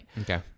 Okay